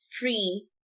free